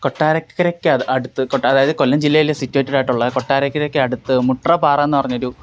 കൊട്ടാരക്കരക്ക് അ അടുത്ത് അതായത് കൊല്ലം ജില്ലയില് സിറ്റുവേറ്റഡ് ആയിട്ടുള്ള കൊട്ടാരക്കരയ്ക്ക് അടുത്ത് മുട്ട്ര പാറയെന്നു പറഞ്ഞൊരു